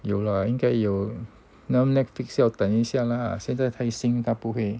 有了应该有 now netflix 要等一下啦现在太新他不会